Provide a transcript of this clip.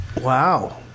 Wow